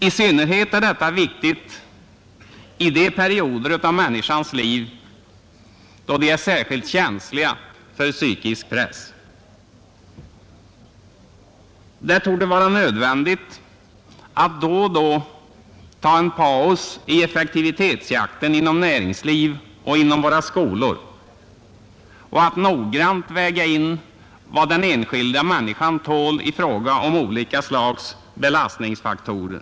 I synnerhet är detta viktigt i de perioder av en människas liv då hon är särskilt känslig för psykisk press. Det torde vara nödvändigt att då och då ta en paus i effektivitetsjakten inom näringslivet och i våra skolor och noga väga in vad den enskilda människan tål i form av olika belastningsfaktorer.